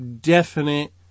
definite